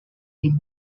him